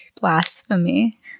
blasphemy